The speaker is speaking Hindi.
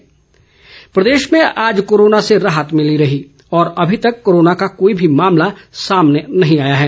कोरोना अपडेट प्रदेश में आज कोरोना से राहत मिली रही और अभी तक कोरोना का कोई भी मामला सामने नहीं आया है